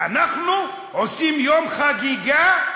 ואנחנו עושים יום חגיגה,